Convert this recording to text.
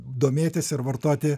domėtis ir vartoti